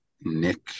Nick